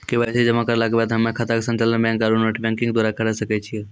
KYC जमा करला के बाद हम्मय खाता के संचालन बैक आरू नेटबैंकिंग द्वारा करे सकय छियै?